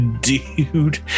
dude